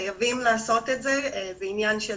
חייבים לעשות את זה אבל זה ענין של